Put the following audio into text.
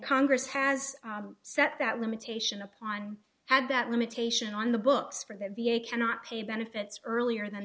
congress has set that limitation upon had that limitation on the books for the v a cannot pay benefits earlier th